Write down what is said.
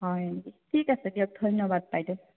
হয় নেকি ঠিক আছে দিয়ক ধন্যবাদ বাইদেউ